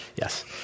Yes